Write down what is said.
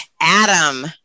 Adam